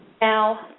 Now